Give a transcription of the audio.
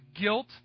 guilt